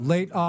Late